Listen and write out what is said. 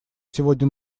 сегодня